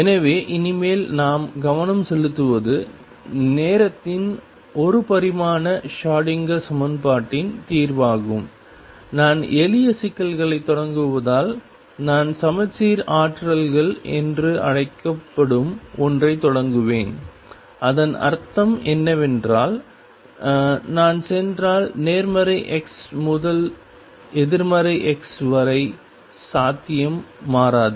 எனவே இனிமேல் நாம் கவனம் செலுத்துவது நேரத்தின் ஒரு பரிமாண ஷ்ரோடிங்கர் சமன்பாட்டின் தீர்வாகும் நான் எளிய சிக்கல்களைத் தொடங்குவதால் நான் சமச்சீர் ஆற்றல்கள் என்று அழைக்கப்படும் ஒன்றைத் தொடங்குவேன் இதன் அர்த்தம் என்னவென்றால் நான் சென்றால் நேர்மறை x முதல் எதிர்மறை x வரை சாத்தியம் மாறாது